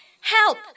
Help